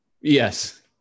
Yes